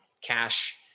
cash